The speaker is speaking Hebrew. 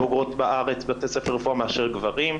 בוגרות בארץ בבתי ספר לרפואה מאשר גברים.